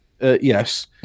yes